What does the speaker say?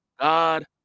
God